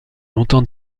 longtemps